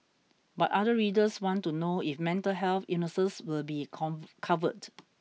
but other readers want to know if mental health illnesses will be come covered